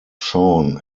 shaun